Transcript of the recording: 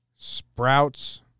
Sprouts